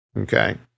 Okay